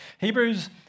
Hebrews